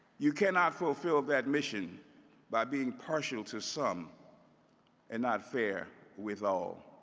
you cannot fulfill that mission by being partial to some and not fair with all.